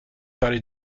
parler